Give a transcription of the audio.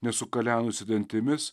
nesukalenusi dantimis